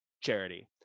charity